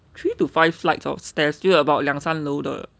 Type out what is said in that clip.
took three to five flights of stairs still about 两三楼的